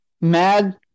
mad